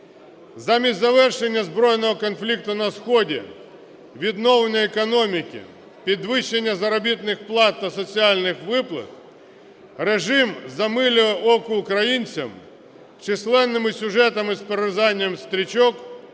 Замість завершення збройного конфлікту на сході, відновлення економіки, підвищення заробітних плат та соціальних виплат, режим замилювання ока українцям численними сюжетами з перерізанням стрічок,